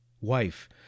Wife